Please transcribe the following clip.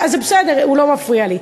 זה בסדר, הוא לא מפריע לי.